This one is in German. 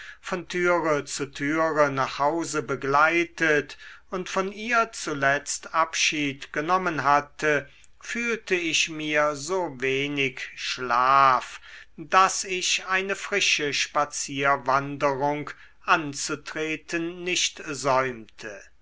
von türe zu türe nach hause begleitet und von ihr zuletzt abschied genommen hatte fühlte ich mir so wenig schlaf daß ich eine frische spazierwanderung anzutreten nicht